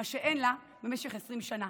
מה שאין לה במשך 20 שנה.